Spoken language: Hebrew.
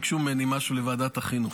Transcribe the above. ביקשו ממני משהו מוועדת החינוך.